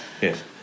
Yes